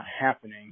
happening